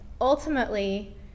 ultimately